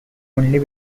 only